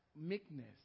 meekness